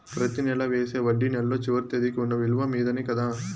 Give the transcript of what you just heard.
ప్రతి నెల వేసే వడ్డీ నెలలో చివరి తేదీకి వున్న నిలువ మీదనే కదా?